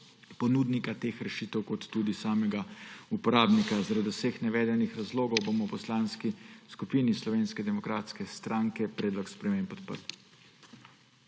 ponudnika teh rešitev kot tudi samega uporabnika. Zaradi vseh navedenih razlogov bomo v Poslanski skupini Slovenske demokratske stranke predlog sprememb podprli.